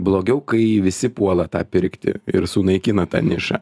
blogiau kai visi puola tą pirkti ir sunaikina tą nišą